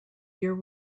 your